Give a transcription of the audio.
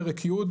פרק י'